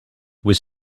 was